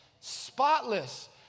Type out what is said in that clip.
spotless